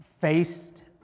faced